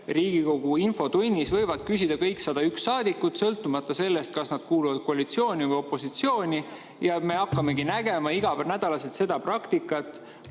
Riigikogu infotunnis võivad küsida kõik 101 saadikut, sõltumata sellest, kas nad kuuluvad koalitsiooni või opositsiooni, ja me hakkamegi nägema iganädalaselt seda praktikat,